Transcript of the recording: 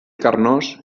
carnós